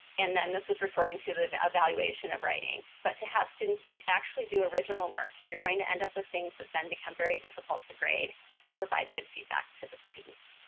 and then this is referring to the evaluation of writing, but to have students to actually do original work, you're going to end up with things that then become very difficult to grade and to provide good feedback to the students.